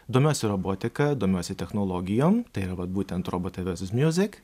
domiuosi robotika domiuosi technologijom tai vat būtent robotai versus miūzik